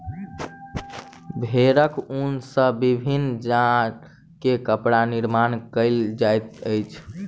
भेड़क ऊन सॅ विभिन्न जाड़ के कपड़ा निर्माण कयल जाइत अछि